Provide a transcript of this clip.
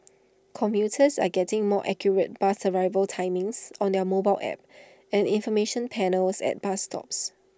commuters are getting more accurate bus arrival timings on their mobile apps and information panels at bus stops